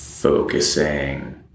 focusing